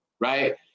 right